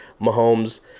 mahomes